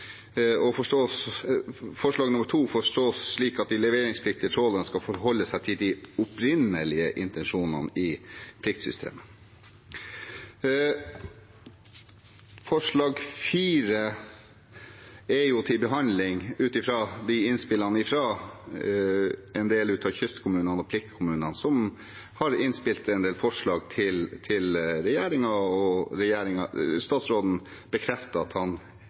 Forslag nr. 2 forstås slik at de leveringspliktige trålerne skal forholde seg til de opprinnelige intensjonene i pliktsystemet. Forslag nr. 4 er til behandling ut fra innspillene fra en del av kystkommunene og pliktkommunene som har spilt inn en del forslag til regjeringen, og statsråden bekrefter at han